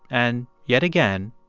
and yet again,